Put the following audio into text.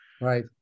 Right